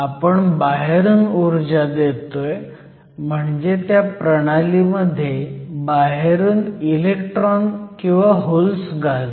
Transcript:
आपण बाहेरून ऊर्जा देतोय म्हणजे त्या प्रणालीमध्ये बाहेरून इलेक्ट्रॉन किंवा होल्स घालतोय